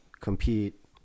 compete